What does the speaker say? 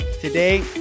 Today